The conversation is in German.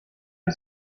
aus